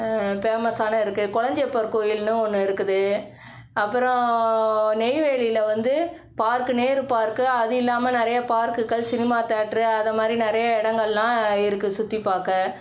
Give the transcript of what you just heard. பேமஸான இருக்குது கொளஞ்சியப்பர் கோயில்னு ஒன்று இருக்குது அப்பறம் நெய்வேலியில வந்து பார்க்கு நேரு பார்க்கு அது இல்லாமல் நிறையா பார்க்குக்கள் சினிமா தேட்ரு அதைமாரி நிறைய இடங்கள்லாம் இருக்குது சுத்திப்பார்க்க